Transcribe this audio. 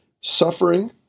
Suffering